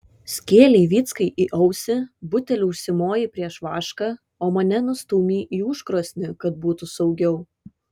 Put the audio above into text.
skėlei vyckai į ausį buteliu užsimojai prieš vašką o mane nustūmei į užkrosnį kad būtų saugiau